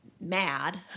mad